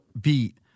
beat